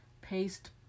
Paste